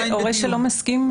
הורה שלא מסכים,